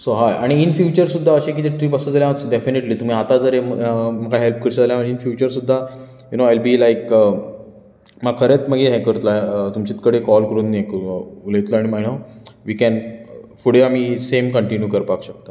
so हय आनी in future सुद्दा अशें कितें ट्रिप आसत जाल्यार हांव डएफिनेटली तुमी आतां जर म्हाका हेल्प करता जाल्यार इन फ्यूचर सुद्दा you know I'll be like म्हाका खरेंच मागीर हें करतलो तुमचेंच कडेन कॉल करून ये करून उयतलो आनी मागीर हांव वी केन फुडें आमी सेम कंटीन्यू करपाक शकता